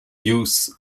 use